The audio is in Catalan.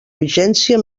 vigència